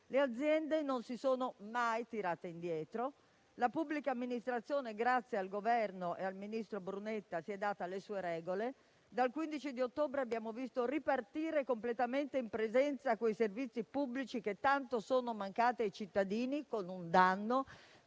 Le aziende non si sono mai tirate indietro e la pubblica amministrazione, grazie al Governo e al ministro Brunetta, si è data le sue regole. Dal 15 ottobre abbiamo visto ripartire completamente in presenza quei servizi pubblici che tanto sono mancati ai cittadini, con un danno